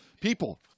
people